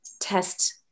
test